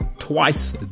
twice